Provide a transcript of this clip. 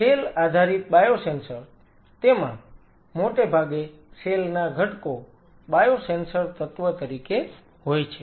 cell આધારિત biosensor તેમાં મોટે ભાગે સેલ ના ઘટકો બાયોસેન્સર તત્વ તરીકે હોય છે